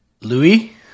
Louis